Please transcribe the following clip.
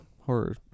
Horror